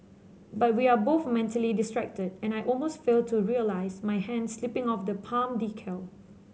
but we are both mentally distracted and I almost fail to realise my hand slipping off the palm decal